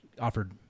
offered